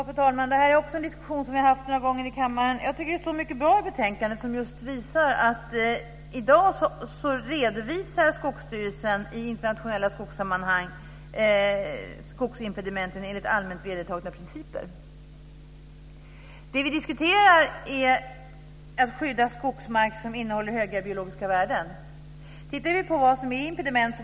Fru talman! Det här är en diskussion som vi har haft några gånger i kammaren. Jag tycker att det är ett mycket bra betänkande som visar att Skogsstyrelsen i dag redovisar i internationella skogssammanhang skogsimpedimenten enligt allmänt vedertagna principer. Det vi diskuterar är att skydda skogsmark som innehåller höga biologiska värden. Vad är det som är impediment?